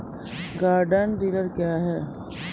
Garden tiller क्या हैं?